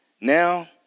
Now